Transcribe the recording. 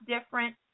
different